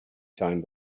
time